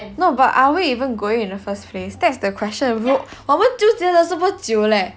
no but are we even going in the first place that's the question 我们纠结了这么久 leh